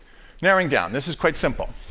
narrowing down. this is quite simple.